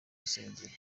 rusengero